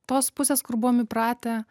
tos pusės kur buvom įpratę